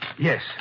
Yes